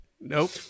nope